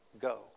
go